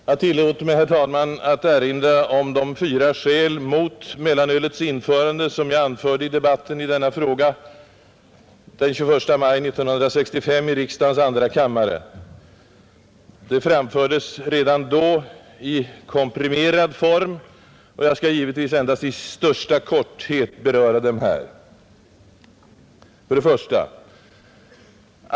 Jag tillåter mig, herr talman, att erinra om de fyra skäl mot mellanölets införande som jag anförde i debatten i denna fråga den 21 maj 1965 i riksdagens andra kammare. De framfördes redan då i komprimerad form, jag skall givetvis endast i största korthet beröra dem här. 1.